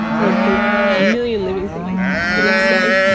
there would be a million living things the next day.